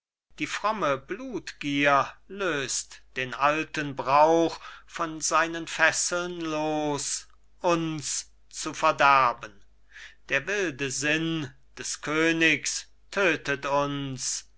die fromme blutgier lös't den alten brauch von seinen fesseln los uns zu verderben der wilde sinn des königs tödtet uns